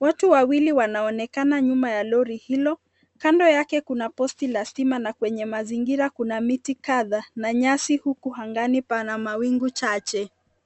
,watu wawili wanaonekana nyuma ya lori hilo ,kando yake kuna posti la stima na kwenye mazingira kuna miti kadhaa na nyasi, huku angani pana mawingu chache.